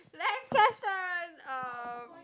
next question uh